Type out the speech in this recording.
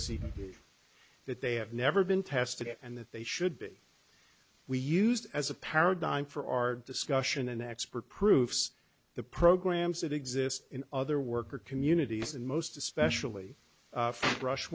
is that they have never been tested and that they should be we used as a paradigm for our discussion and expert proofs the programs that exist in other work or communities and most especially brush